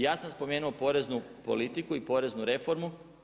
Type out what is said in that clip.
Ja sam spomenuo poreznu politiku i poreznu reformu.